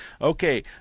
Okay